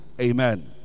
Amen